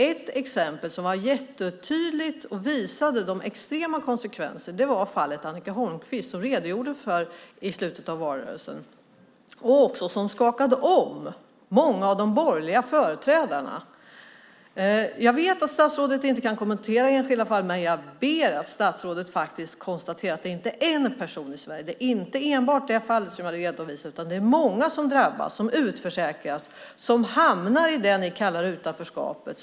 Ett exempel som jättetydligt visade de extrema konsekvenserna var fallet Annica Holmquist, som det redogjordes för i slutet av valrörelsen och som också skakade om många av de borgerliga företrädarna. Jag vet att statsrådet inte kan kommentera enskilda fall, men jag ber att statsrådet faktiskt konstaterar att det inte är en person i Sverige, det är inte enbart det fall som jag har redovisat utan det är många som har drabbats. De utförsäkras och hamnar i det ni kallar för utanförskapet.